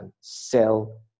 sell